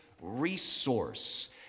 resource